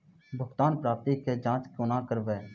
भुगतान प्राप्ति के जाँच कूना करवै?